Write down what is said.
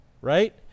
right